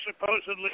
supposedly